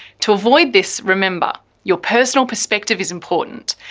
to avoid this, remember your personal perspective is important.